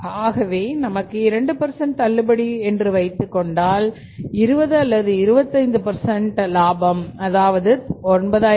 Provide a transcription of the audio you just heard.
ஆகவே நமக்கு 2 தள்ளுபடி வைத்துக்கொண்டால் 20 அல்லது25 லாபம் அதாவது கிடைக்கும்